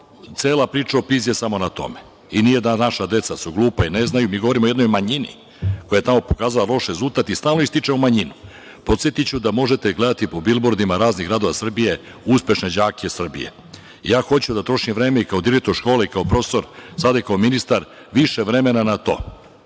cela priča o PISA je samo na tome. Nije da su naša deca glupa i ne znaju, mi govorimo o jednoj manjini koja je tamo pokazala loš rezultat i stalno ističemo manjine. Podsetiću da možete gledati po bilbordima raznih gradova Srbije uspešne đake Srbije. Ja hoću da trošim vreme i kao direktor škole i kao profesor, a sada kao ministar, više vremena na to,